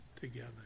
together